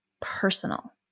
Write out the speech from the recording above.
personal